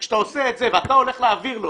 שכאשר אתה עושה את זה ואתה הולך להעביר לו